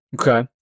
okay